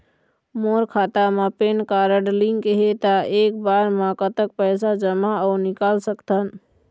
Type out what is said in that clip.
मोर खाता मा PAN card link हे ता एक बार मा कतक पैसा जमा अऊ निकाल सकथन?